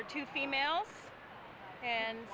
are two females and